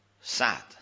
sad